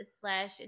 slash